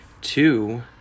two